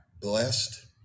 blessed